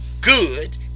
good